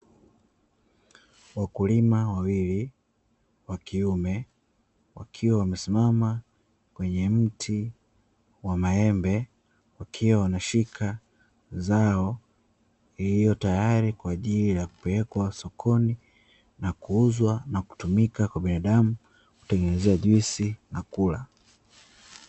Wakulima wawili wakiume wakiwa wamesimama kwenye mti wa maembe, wakiwa wameshika zao lililo tayari kwa ajili ya kupelekwa sokoni na kuuzwa na kutumika kwa binadamu kutengenezea juis na kula.